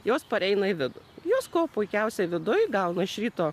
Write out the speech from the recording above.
jos pareina į vidų jos kuo puikiausiai viduj gauna iš ryto